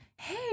hey